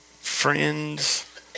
Friends